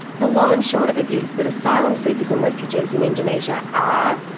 the long and short of it is that asylum seekers and refugees in indonesia are,